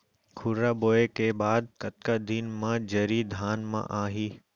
खुर्रा बोए के बाद कतका दिन म जरी धान म आही?